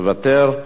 מוותר.